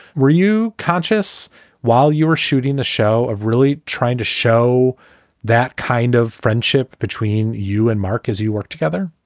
were you conscious while you were shooting a show of really trying to show that kind of friendship between you and mark as you work together?